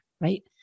right